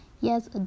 yes